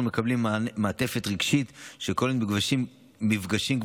מקבלים מעטפת רגשית שכוללת מפגשים קבוצתיים,